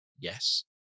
yes